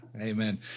Amen